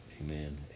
amen